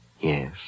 Yes